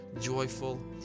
joyful